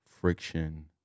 friction